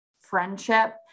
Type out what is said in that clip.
friendship